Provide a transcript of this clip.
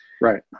Right